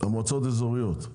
המועצות האזוריות,